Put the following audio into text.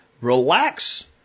relax